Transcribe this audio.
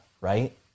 right